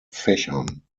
fächern